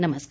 नमस्कार